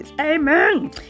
Amen